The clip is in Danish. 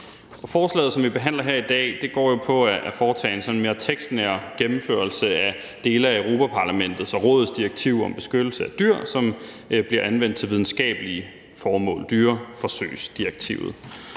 Forslaget, som vi behandler her i dag, går på at foretage en sådan mere tekstnær gennemførelse af dele af Europa-Parlamentet og Rådets direktiv om beskyttelse af dyr, som bliver anvendt til videnskabelige formål, nemlig dyreforsøgsdirektivet.